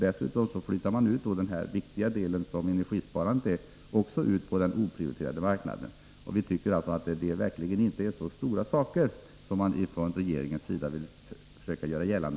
Dessutom överförs också den viktiga del som energisparandet utgör till denna marknad. Enligt vår mening handlar det inte om så genomgripande saker som regeringen vill göra gällande.